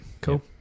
Cool